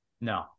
No